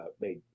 made